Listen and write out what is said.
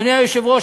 אדוני היושב-ראש,